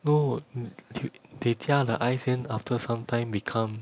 no the~ they 加 the ice then after some time become